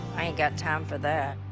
i ain't got time for that.